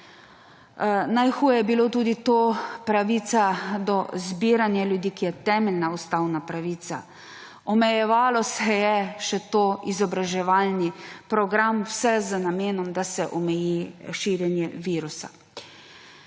Najhuje je bilo omejevanje pravice do zbiranja ljudi, ki je temeljna ustavna pravica. Omejeval se je izboraževalni program, vse z namenom, da se omeji širjenje virusa.